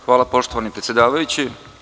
Hvala, poštovani predsedavajući.